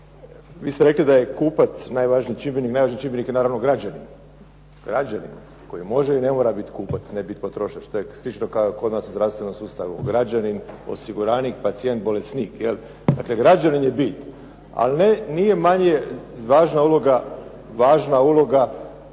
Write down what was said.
Vi ste rekli da je kupac najvažniji čimbenik, najvažniji čimbenik je naravno građanin. Građanin koji može i ne mora biti kupac, ne biti potrošač. Slično kao i kod nas u zdravstvenom sustavu. Građanin, osiguranik, pacijent, bolesnik. Dakle, građanin je bit. Ali nije manje važna uloga